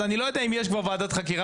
אז אני לא יודע אם יש כבר ועדת חקירה